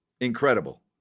Incredible